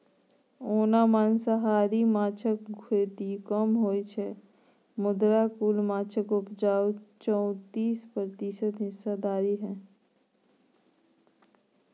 ओना मांसाहारी माछक खेती कम होइ छै मुदा कुल माछक उपजाक चौतीस प्रतिशत हिस्सा छै